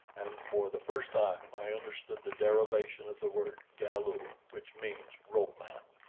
and for the first time i understood the derivation of the word galu, which means ropeman.